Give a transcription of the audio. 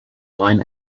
line